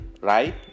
right